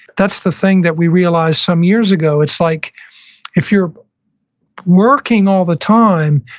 that's the thing that we realized some years ago. it's like if you're working all the time,